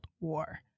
war